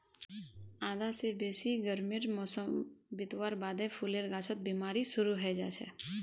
आधा स बेसी गर्मीर मौसम बितवार बादे फूलेर गाछत बिमारी शुरू हैं जाछेक